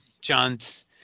John's